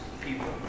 people